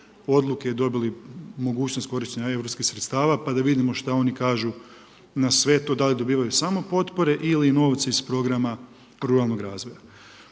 odluke, dobili mogućnost korištenja europskih sredstava, pa da vidimo što oni kažu na sve to. Da li dobivaju samo potpore ili i novce iz programa ruralnog razvoja.